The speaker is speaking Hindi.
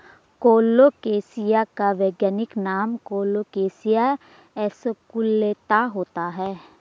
कोलोकेशिया का वैज्ञानिक नाम कोलोकेशिया एस्कुलेंता होता है